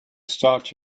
start